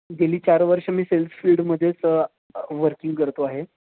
गेली चार वर्ष मी सेल्स फील्डमध्येच वर्किंग करतो आहे